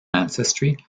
ancestry